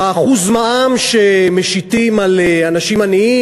ב-1% מע"מ שמשיתים על אנשים עניים,